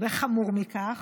וחמור מכך,